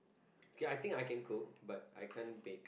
okay I think I can cook but I can't bake